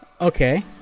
Okay